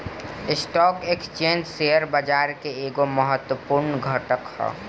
stock exchange share बाजार के एगो महत्वपूर्ण घटक ह